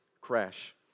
crash